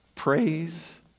Praise